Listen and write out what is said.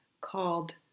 called